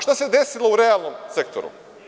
Šta se desilo u realnom sektoru?